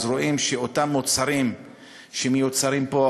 רואים שאפילו אותם מוצרים שמיוצרים פה,